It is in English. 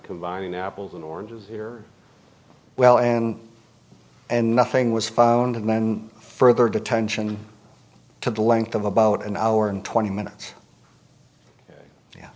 combining apples and oranges here well and and nothing was found and then further detention to the length of about an hour and twenty minutes